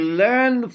learn